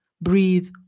Breathe